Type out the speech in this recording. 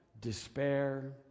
despair